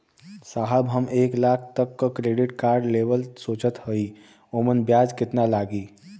साहब हम एक लाख तक क क्रेडिट कार्ड लेवल सोचत हई ओमन ब्याज कितना लागि?